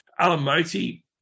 Alamoti